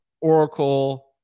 oracle